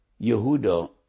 Yehuda